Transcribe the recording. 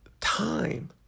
time